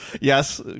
yes